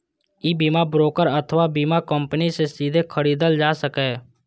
ई बीमा ब्रोकर अथवा बीमा कंपनी सं सीधे खरीदल जा सकैए